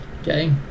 Okay